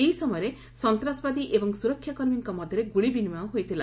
ଏହି ସମୟରେ ସନ୍ତାସବାଦୀ ଏବଂ ସୁରକ୍ଷାକର୍ମୀଙ୍କ ମଧ୍ୟରେ ଗୁଳି ବିନିମୟ ହୋଇଥିଲା